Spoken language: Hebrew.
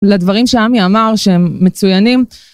לדברים שעמי אמר שהם מצוינים.